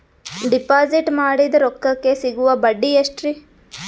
Deposit ಮಾಡಿದ ರೊಕ್ಕಕೆ ಸಿಗುವ ಬಡ್ಡಿ ಎಷ್ಟ್ರೀ?